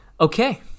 Okay